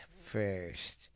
first